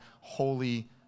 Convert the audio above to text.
holy